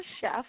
chef